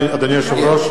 אדוני היושב-ראש,